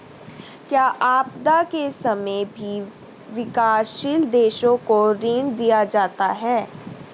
क्या आपदा के समय भी विकासशील देशों को ऋण दिया जाता है?